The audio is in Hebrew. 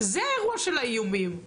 זה האירוע של האיומים,